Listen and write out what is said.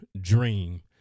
dream